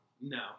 No